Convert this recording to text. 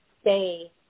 stay